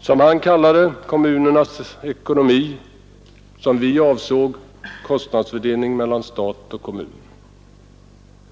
som han kallar det, kommunernas ekonomi eller, som vi avsåg, kostnadsfördelningen mellan stat och kommun.